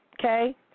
Okay